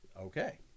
Okay